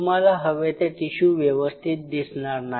तुम्हाला हवे ते टिशू व्यवस्थित दिसणार नाही